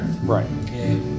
Right